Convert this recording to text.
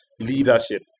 leadership